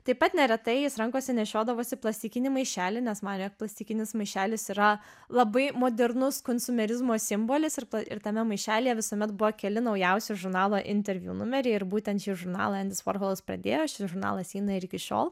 taip pat neretai jis rankose nešiodavosi plastikinį maišelį nes manė plastikinis maišelis yra labai modernus konsumerizmo simbolis ir ir tame maišelyje visuomet buvo keli naujausi žurnalo interviu numeriai ir būtent šį žurnalą endis vorholas pradėjo šis žurnalas eina ir iki šiol